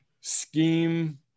scheme